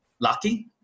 lucky